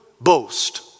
boast